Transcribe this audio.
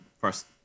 first